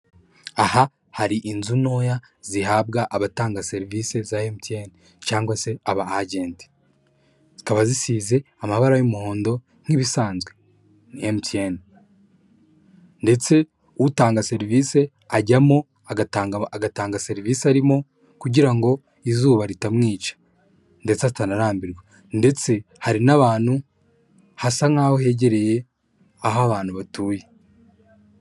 Aha hari inzu ntoya zihabwa abatanga serivisi za emutiyeni cyangwa se abahagenda zikaba zisize amabara y'umuhondo nk'ibisanzwe ni emutiyeni ndetse utanga serivisi ajyamo agatanga serivisi arimo kugira ngo izuba ritamwica ndetse atanarambirwa ndetse hari n'ahantu hasa nk'aho hegereye aho abantu batuye.